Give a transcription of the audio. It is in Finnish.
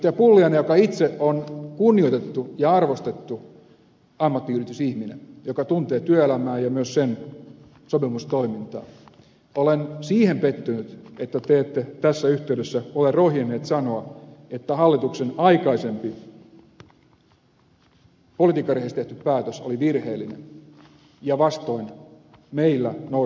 pulliainen kun itse olette kunnioitettu ja arvostettu ammattiyhdistysihminen joka tuntee työelämää ja myös sen sopimustoimintaa olen siihen pettynyt että te ette tässä yhteydessä ole rohjennut sanoa että hallituksen aikaisempi politiikkariihessä tehty päätös oli virheellinen ja vastoin meillä noudatettua kolmikantayhteistyötä